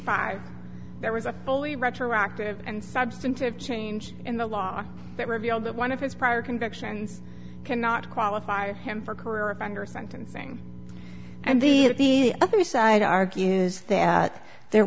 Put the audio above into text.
five there was a fully retroactive and substantive change in the law that revealed that one of his prior convictions cannot qualify him for career offender sentencing and the other side argues that there